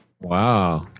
Wow